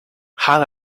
had